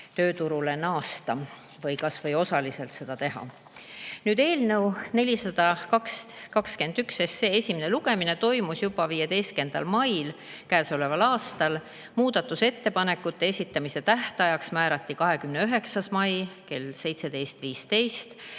tööturule naasta või kas või osakoormusega tööd teha. Eelnõu 421 esimene lugemine toimus juba 15. mail käesoleval aastal. Muudatusettepanekute esitamise tähtajaks määrati 29. mai kell 17.15.